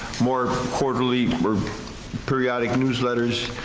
more quarterly or periodic newsletters.